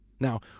Now